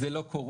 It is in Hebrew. זה לא קורה.